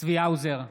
צבי האוזר,